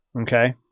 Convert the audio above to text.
Okay